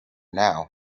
now